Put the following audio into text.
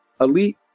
elite